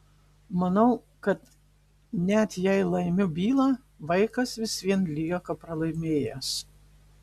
manau kad net jei laimiu bylą vaikas vis vien lieka pralaimėjęs